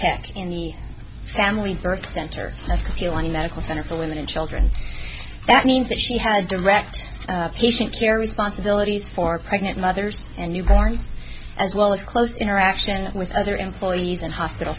checked in the family birth center ok one medical center for women and children that means that she had direct patient care responsibilities for pregnant mothers and you born as well as close interaction with other employees and hospital